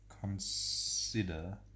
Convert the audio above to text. consider